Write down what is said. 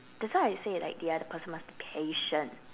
that's why I say like the other person must be patient